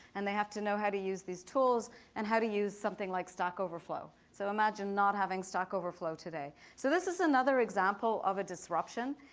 and they have to know how to use these tools and how to use something like stack overflow. overflow. so imagine not having stack overflow today. so this is another example of a disruption.